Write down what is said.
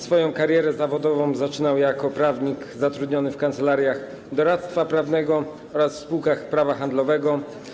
Swoją karierę zawodową zaczynał jako prawnik zatrudniony w kancelariach doradztwa prawnego oraz spółkach prawa handlowego.